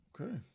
Okay